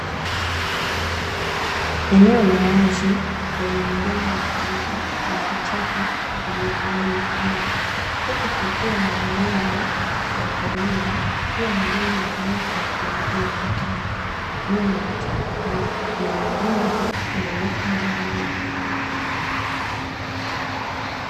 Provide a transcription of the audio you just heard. Eneo la wazi lenye majani makavu na vichaka vyenye kijani kibichi, huku kukiwa na mnyama wa porini, pia majengo marefu yakionekana kwa mbali nyuma ya vichaka hivyo na mawingu meupe angani.